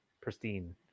pristine